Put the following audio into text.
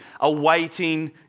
awaiting